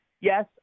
Yes